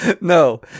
No